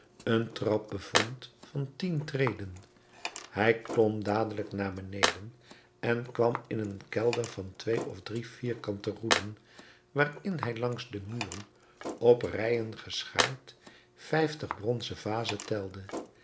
een trap bevond van tien treden hij klom dadelijk naar beneden en kwam in een kelder van twee of drie vierkante roeden waarin hij langs de muren op rijen geschaard vijftig bronzen vazen telde